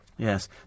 Yes